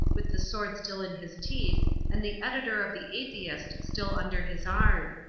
with the sword still in his teeth and the editor of the atheist still under his arm.